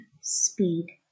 speed